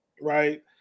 right